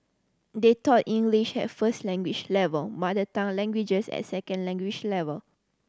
they taught English at first language level mother tongue languages at second language level